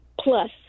plus